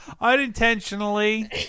Unintentionally